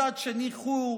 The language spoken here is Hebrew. מצד שני חור,